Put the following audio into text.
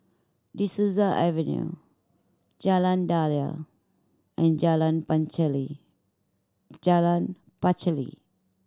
De Souza Avenue Jalan Daliah and Jalan Jalan Pacheli